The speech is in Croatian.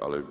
Ali